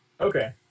Okay